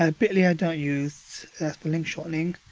ah bitly i don't use for link shortening,